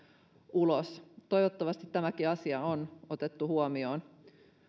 ulos toivottavasti tämäkin asia on otettu huomioon